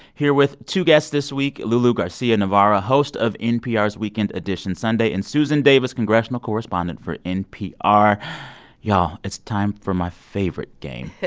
here with two guests this week lulu garcia-navarro, host of npr's weekend edition sunday, and susan davis, congressional correspondent for npr. y'all, it's time for my favorite game.